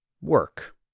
work